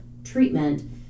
treatment